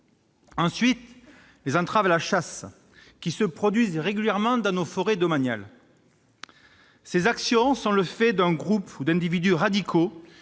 les entraves à la chasse, qui se produisent régulièrement dans nos forêts domaniales. Ces actions sont le fait de groupes ou d'individus radicaux